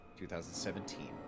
2017